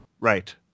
right